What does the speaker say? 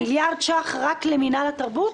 מיליארד שקלים רק למינהל התרבות?